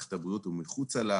מערכת הבריאות ומחוץ לה,